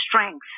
strength